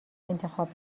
انتخاب